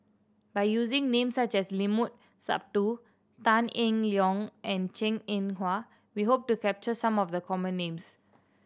by using names such as Limat Sabtu Tan Eng Liong and Hwa we hope to capture some of the common names